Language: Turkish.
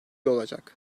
olacak